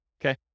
okay